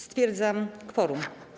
Stwierdzam kworum.